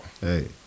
Hey